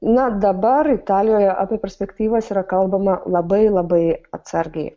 na dabar italijoje apie perspektyvas yra kalbama labai labai atsargiai